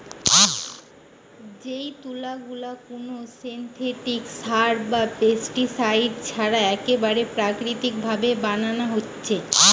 যেই তুলা গুলা কুনো সিনথেটিক সার বা পেস্টিসাইড ছাড়া একেবারে প্রাকৃতিক ভাবে বানানা হচ্ছে